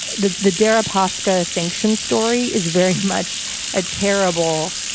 the the deripaska sanction story is very much a terrible,